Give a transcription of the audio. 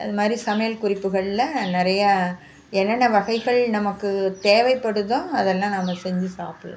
அது மாதிரி சமையல் குறிப்புகளில் நிறைய என்னென்ன வகைகள் நமக்கு தேவைப்படுதோ அதெலாம் நம்ம செஞ்சு சாப்பிட்லாம்